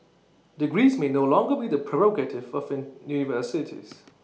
degrees may no longer be the prerogative of in universities